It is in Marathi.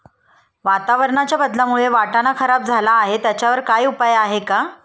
वातावरणाच्या बदलामुळे वाटाणा खराब झाला आहे त्याच्यावर काय उपाय आहे का?